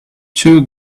two